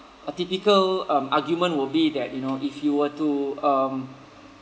a typical um argument will be that you know if you were to um